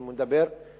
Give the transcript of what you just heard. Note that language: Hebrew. הוא מדבר תמיד